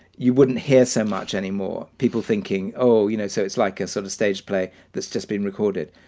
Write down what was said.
you wouldn't hear so much anymore, people thinking, oh, you know, so it's like a sort of stage play that's just been recorded.